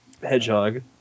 hedgehog